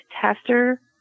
tester